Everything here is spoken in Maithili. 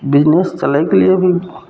बिजनेस चलैके लिए भी